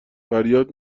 فریاد